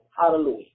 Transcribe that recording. Hallelujah